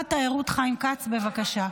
התיירות חיים כץ, בבקשה.